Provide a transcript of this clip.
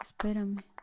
espérame